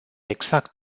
exact